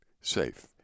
safe